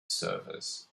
servers